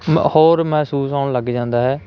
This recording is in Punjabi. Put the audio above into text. ਮ ਹੋਰ ਮਹਿਸੂਸ ਹੋਣ ਲੱਗ ਜਾਂਦਾ ਹੈ